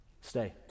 Stay